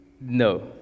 No